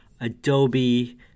Adobe